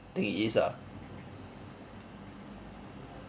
think it is ah